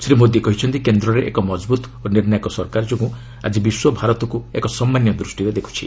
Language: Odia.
ଶ୍ରୀ ମୋଦି କହିଛନ୍ତି କେନ୍ଦ୍ରରେ ଏକ ମଜବୃତ ଓ ନିର୍ଷାୟକ ସରକାର ଯୋଗୁଁ ଆଜି ବିଶ୍ୱ ଭାରତକ୍ତ ଏକ ସମ୍ମାନୀୟ ଦୂଷିରେ ଦେଖୁଛି